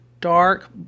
dark